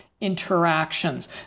interactions